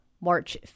March